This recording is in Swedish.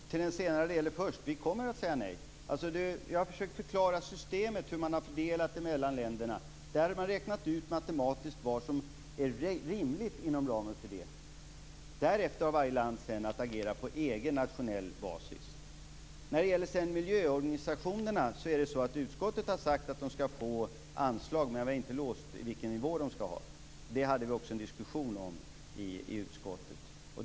Fru talman! Till den senare delen först. Vi kommer att säga nej. Jag har försökt att förklara systemet, hur man har fördelat detta mellan länderna. Man har räknat ut matematiskt vad som är rimligt inom en ram. Därefter har varje land att agera på egen nationell basis. Utskottet har sagt att miljöorganisationerna skall få anslag, men vi har inte låst den nivå de skall ha. Det hade vi också en diskussion om i utskottet.